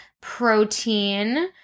protein